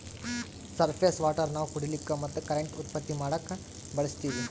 surface water ನಾವ್ ಕುಡಿಲಿಕ್ಕ ಮತ್ತ್ ಕರೆಂಟ್ ಉತ್ಪತ್ತಿ ಮಾಡಕ್ಕಾ ಬಳಸ್ತೀವಿ